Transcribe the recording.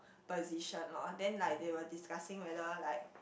position lor then like they were discussing whether like